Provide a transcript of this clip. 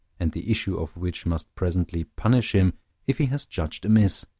and the issue of which must presently punish him if he has judged amiss,